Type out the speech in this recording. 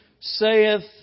saith